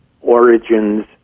origins